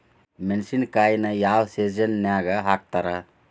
ಮೆಣಸಿನಕಾಯಿನ ಯಾವ ಸೇಸನ್ ನಾಗ್ ಹಾಕ್ತಾರ?